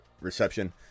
reception